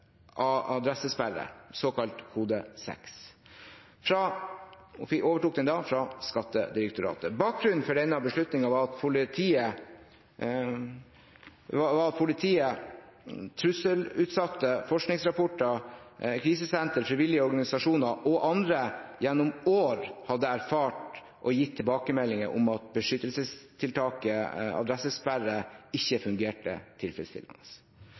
såkalt kode 6. De overtok den fra Skattedirektoratet. Bakgrunnen for denne beslutningen var at politiet, trusselutsatte, forskningsrapporter, krisesentre, frivillige organisasjoner og andre gjennom år hadde erfart og gitt tilbakemeldinger om at beskyttelsestiltaket adressesperre ikke fungerte tilfredsstillende.